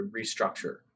restructure